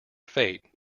fate